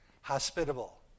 Hospitable